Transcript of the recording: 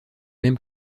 même